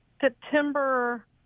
September